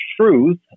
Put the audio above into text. truth